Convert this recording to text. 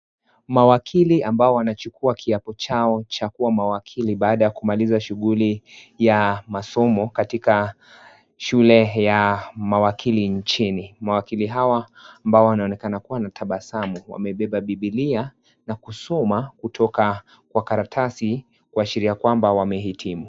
Mawakili ambao wanachukua kiapo chao cha kuwa mawakili baada ya kumaliza shughuli ya masomo katika shule ya mawakili nchini . Mawakili hawa ambao wanaonekana kuwa na tabasamu wamebeba bibilia na kusoma kutoka kwa karatasi kuashiria kwamba wamehitimu.